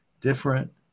different